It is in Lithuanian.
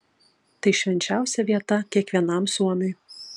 tai švenčiausia vieta kiekvienam suomiui